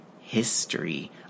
history